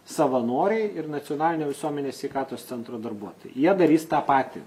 savanoriai ir nacionalinio visuomenės sveikatos centro darbuotojai jie darys tą patį